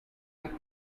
let